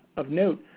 of note,